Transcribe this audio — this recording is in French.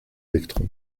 électrons